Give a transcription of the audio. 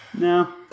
no